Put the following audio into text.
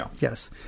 Yes